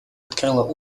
открыла